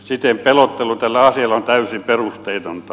siten pelottelu tällä asialla on täysin perusteetonta